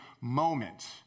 moment